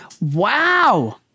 Wow